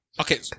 okay